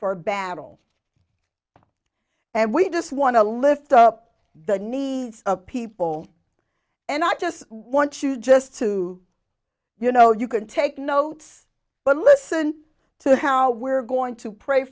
for battle and we just want to lift up the needs of people and i just want to just to you know you can take notes but listen to how we're going to pray